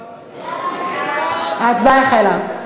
ההצבעה החלה.